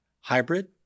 hybrid